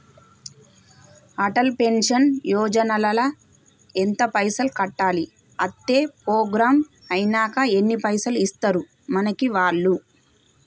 Atal pension Yojana ల ఎంత పైసల్ కట్టాలి? అత్తే ప్రోగ్రాం ఐనాక ఎన్ని పైసల్ ఇస్తరు మనకి వాళ్లు?